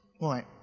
Right